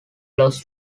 lost